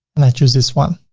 and i choose this one.